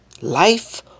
Life